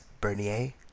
Bernier